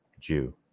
jew